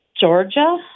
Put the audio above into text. Georgia